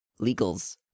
legals